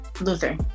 Luther